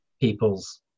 people's